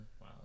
Wow